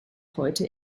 heute